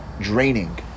draining